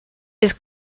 its